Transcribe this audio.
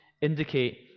indicate